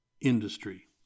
industry